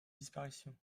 disparition